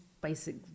basic